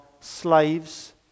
slaves